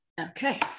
Okay